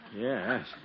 Yes